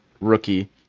rookie